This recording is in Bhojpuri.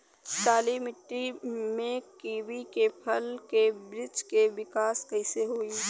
काली मिट्टी में कीवी के फल के बृछ के विकास कइसे होई?